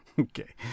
Okay